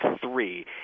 three